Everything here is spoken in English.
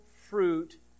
fruit